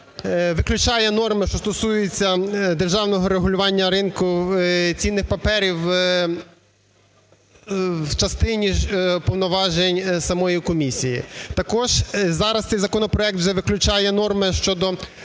виключає норми, що стосується державного регулювання ринку цінних паперів в частині повноважень самої комісії. Також зараз цей законопроект вже виключає норми щодо